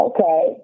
Okay